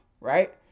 right